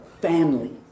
family